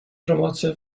promocję